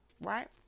right